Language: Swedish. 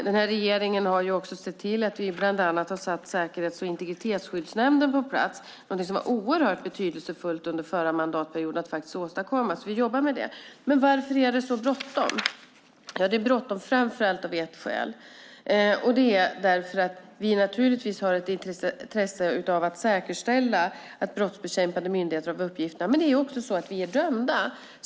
Denna regering har även sett till att bland annat sätta Säkerhets och integritetsskyddsnämnden på plats. Det var oerhört betydelsefullt att åstadkomma detta under förra mandatperioden, och vi jobbar alltså med det. Varför är det då så bråttom? Jo, det är bråttom framför allt av ett skäl, och det är att vi naturligtvis har ett intresse av att säkerställa att brottsbekämpande myndigheter får uppgifterna. Det är dock också så att vi är dömda.